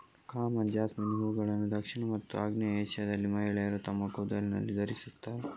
common jasmine ಹೂವುಗಳನ್ನು ದಕ್ಷಿಣ ಮತ್ತು ಆಗ್ನೇಯ ಏಷ್ಯಾದಲ್ಲಿ ಮಹಿಳೆಯರು ತಮ್ಮ ಕೂದಲಿನಲ್ಲಿ ಧರಿಸುತ್ತಾರೆ